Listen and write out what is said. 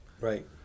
right